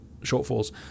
shortfalls